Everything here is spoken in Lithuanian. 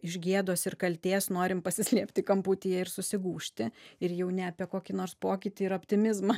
iš gėdos ir kaltės norim pasislėpti kamputyje ir susigūžti ir jau ne apie kokį nors pokytį ir optimizmą